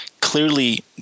clearly